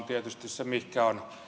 tietysti se mihinkä on